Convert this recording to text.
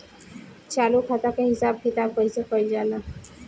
चालू खाता के हिसाब किताब कइसे कइल जाला?